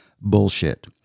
bullshit